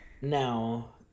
now